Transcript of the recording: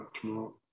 tomorrow